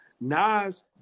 Nas